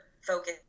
focus